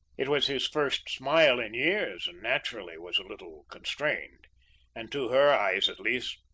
it was his first smile in years and naturally was a little constrained and to her eyes at least,